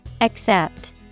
Accept